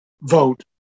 vote